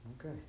Okay